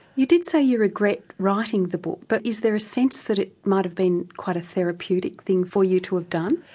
you did say you regret writing the book, but is there a sense that it might have been quite a therapeutic thing for you to have done?